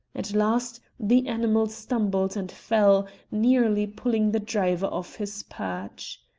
at last the animal stumbled and fell, nearly pulling the driver off his perch.